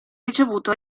ricevuto